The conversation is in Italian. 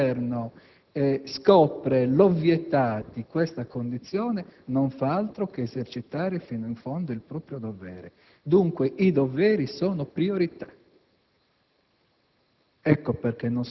Nel momento in cui il Governo scopre l'ovvietà di questa condizione, non fa altro che esercitare fino in fondo il proprio dovere. Dunque, i doveri sono priorità.